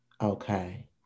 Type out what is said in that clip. Okay